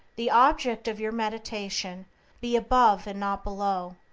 the object of your meditation be above and not below,